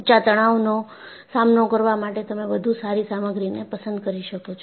ઉચ્ચા તણાવનો સામનો કરવા માટે તમે વધુ સારી સામગ્રીને પસંદ કરી શકો છો